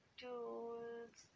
tools